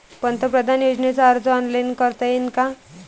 पंतप्रधान योजनेचा अर्ज ऑनलाईन करता येईन का?